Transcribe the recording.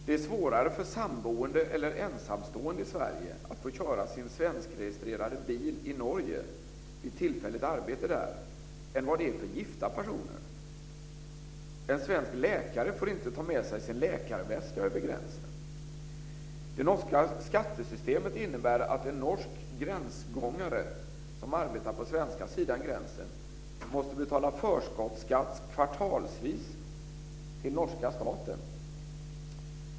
Det är svårare för samboende eller ensamstående i Sverige att få köra sin svenskregistrerade bil i Norge vid tillfälligt arbete där än vad det är för gifta personer. En svensk läkare får inte ta med sig sin läkarväska över gränsen. Det norska skattesystemet innebär att en norsk gränsgångare som arbetar på svenska sidan gränsen måste betala förskottsskatt kvartalsvis till norska staten.